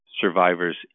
survivors